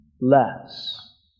less